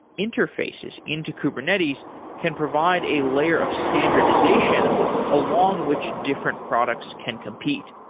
interfaces into kubernetes can provide a layer of standardization along which different products can compete.